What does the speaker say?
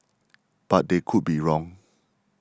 but they could be wrong